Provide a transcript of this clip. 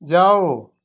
जाओ